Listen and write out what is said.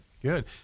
Good